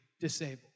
disabled